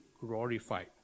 glorified